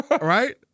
Right